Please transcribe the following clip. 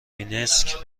مینسک